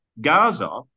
Gaza